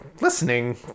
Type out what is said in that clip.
listening